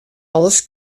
alles